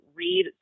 read